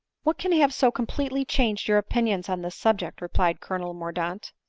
what can have so completely changed your opinions on this subject? replied colonel mordaunt.